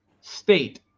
state